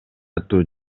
аттуу